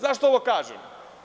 Zašto ovo kažem?